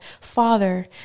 Father